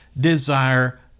desire